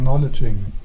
Acknowledging